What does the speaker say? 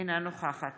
אינה נוכחת